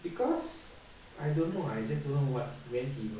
because I don't know I just don't know what when he will